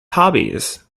hobbies